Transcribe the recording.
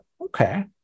okay